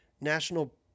National